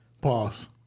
Pause